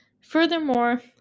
Furthermore